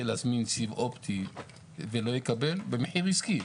להזמין סיב אופטי ולא יקבל במחיר עסקי.